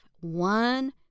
one